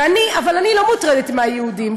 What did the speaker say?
אבל אני לא מוטרדת מהיהודים,